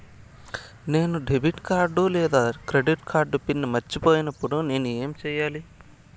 నేను debit card లేదా credit card pin మర్చిపోయినప్పుడు నేను ఏమి సెయ్యాలి?